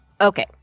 Okay